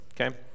okay